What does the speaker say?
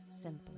simply